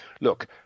Look